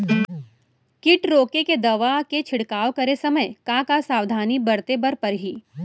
किट रोके के दवा के छिड़काव करे समय, का का सावधानी बरते बर परही?